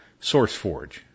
SourceForge